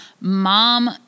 mom